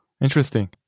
Interesting